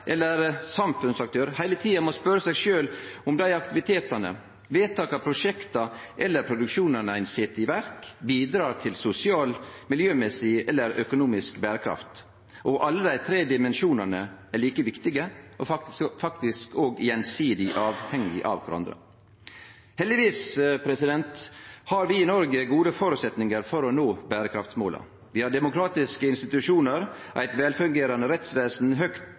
eller samfunnsaktør heile tida må spørje seg om dei aktivitetane, vedtaka, prosjekta eller produksjonane ein set i verk, bidrar til sosial, miljømessig eller økonomisk berekraft. Alle dei tre dimensjonane er like viktige og faktisk òg gjensidig avhengige av kvarandre. Heldigvis har vi i Noreg gode føresetnader for å nå berekraftsmåla. Vi har demokratiske institusjonar, eit velfungerande rettsvesen, høgt